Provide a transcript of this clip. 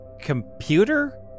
computer